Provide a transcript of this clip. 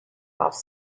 off